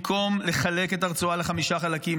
במקום לחלק את הרצועה לחמישה חלקים,